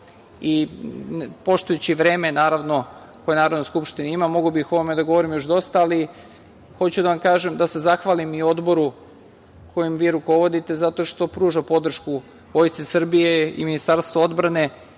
vreme, naravno, koje Narodna skupština ima i mogao bih o ovome da govorim još dosta, ali hoću da vam kažem, da se zahvalim i Odboru, kojim vi rukovodite zato što pruža podršku Vojsci Srbije i Ministarstvu odbrane